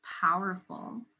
powerful